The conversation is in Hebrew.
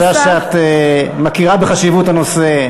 יש לי הרגשה שאת מכירה בחשיבות הנושא.